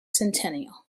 centennial